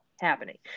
happening